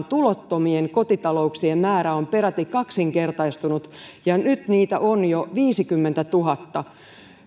tulottomien kotitalouksien määrä on peräti kaksinkertaistunut ja nyt niitä on jo viisikymmentätuhatta